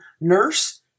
nurse